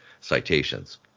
citations